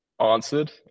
answered